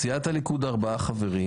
סיעת הליכוד ארבעה חברים: